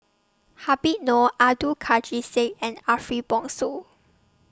Habib Noh Abdul Kadir Syed and Ariff Bongso